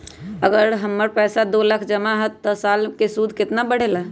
अगर हमर पैसा दो लाख जमा है त साल के सूद केतना बढेला?